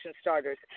starters